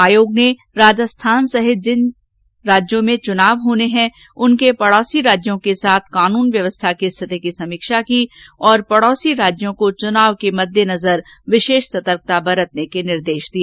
आयोग ने राजस्थान सहित जिन राज्यों में चुनाव होने हैं उनके पडौसी राज्यों के साथ कानून व्यवस्था की समीक्षा की और पडौसी राज्यों को चुनाव के मदेदेजर विशेष सतर्कता बरतने के निर्देश दिए